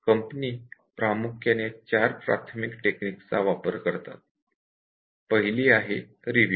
company प्रामुख्याने 4 प्राथमिक टेक्निकचा वापर करतात पहिली आहे रिव्यू